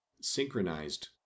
synchronized